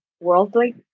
worldly